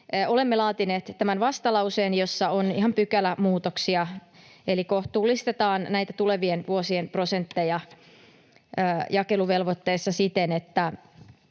olemme laatineet tämän vastalauseen, jossa on ihan pykälämuutoksia, eli kohtuullistetaan näitä tulevien vuosien prosentteja jakeluvelvoitteissa siten, että